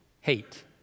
hate